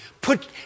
Put